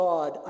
God